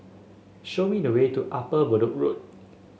show me the way to Upper Bedok Road